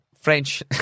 French